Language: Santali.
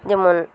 ᱡᱮᱢᱚᱱ